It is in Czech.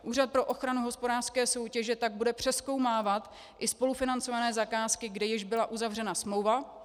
Úřad pro ochranu hospodářské soutěže tak bude přezkoumávat i spolufinancované zakázky, kde již byla uzavřena smlouva.